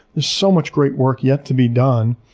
there's so much great work yet to be done.